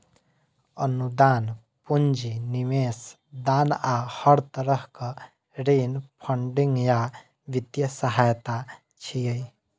अनुदान, पूंजी निवेश, दान आ हर तरहक ऋण फंडिंग या वित्तीय सहायता छियै